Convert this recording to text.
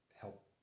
help